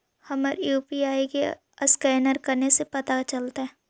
हमर यु.पी.आई के असकैनर कने से पता चलतै?